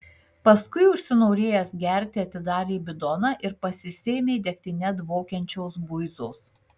paskui užsinorėjęs gerti atidarė bidoną ir pasisėmė degtine dvokiančios buizos